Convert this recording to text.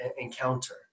encounter